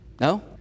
No